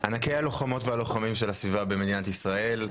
הלוחמות והלוחמים של הסביבה במדינת ישראל,